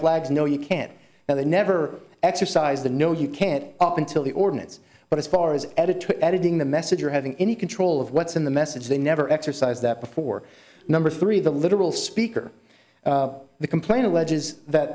flags no you can't and they never exercised the no you can't up until the ordinance but as far as editor editing the message or having any control of what's in the message they never exercise that before number three the literal speaker the complaint alleges that